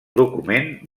document